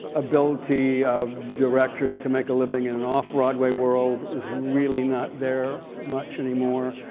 ability of directors to make a living in an off broadway world is really not there much anymore.